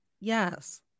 yes